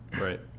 Right